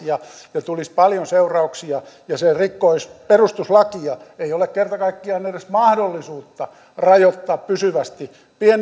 ja tulisi paljon seurauksia ja se rikkoisi perustuslakia ei ole kerta kaikkiaan edes mahdollisuutta rajoittaa pysyvästi